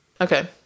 Okay